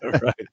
Right